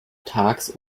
tags